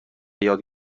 یاد